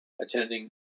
attending